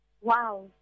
Wow